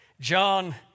John